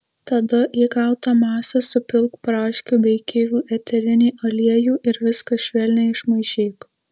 tada į gautą masę supilk braškių bei kivių eterinį aliejų ir viską švelniai išmaišyk